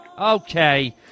Okay